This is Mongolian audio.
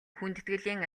хүндэтгэлийн